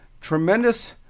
tremendous